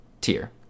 tier